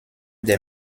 des